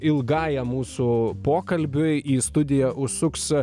ilgajam mūsų pokalbiui į studiją užsuks